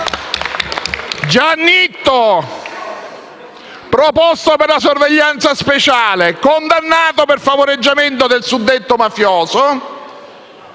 Giannitto, proposto per la sorveglianza speciale, condannato per favoreggiamento del suddetto mafioso,